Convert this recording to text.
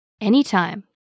anytime